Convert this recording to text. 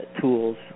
tools